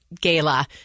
gala